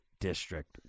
District